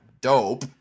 Dope